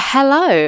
Hello